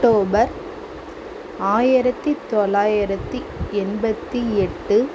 October ஆயிரத்து தொள்ளாயிரத்து எண்பத்து எட்டு